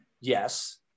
yes